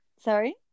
sorry